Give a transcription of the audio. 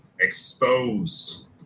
Exposed